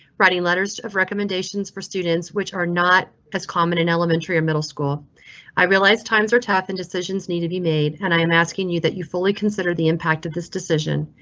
writing letters of recommendations for students which are not as common in elementary or middle school i realized times are tough and decisions need to be made and i'm asking you that you fully considered the impact of this decision.